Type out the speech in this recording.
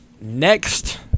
next